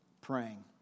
praying